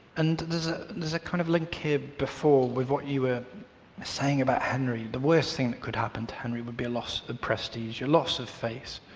and there's there's a kind of link here. before with what you were saying about henry the worst thing that could happen to henry would be a loss of prestige or loss of face.